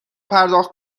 پرداخت